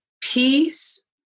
peace